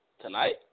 tonight